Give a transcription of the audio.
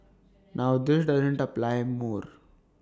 now this doesn't apply more